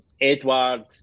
Edward